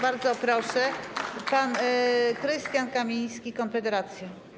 Bardzo proszę, pan Krystian Kamiński, Konfederacja.